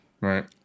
Right